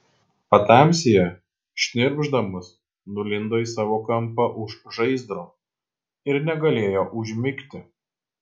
patamsyje šnirpšdamas nulindo į savo kampą už žaizdro ir negalėjo užmigti